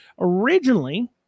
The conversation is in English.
originally